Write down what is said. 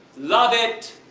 love it!